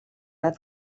anat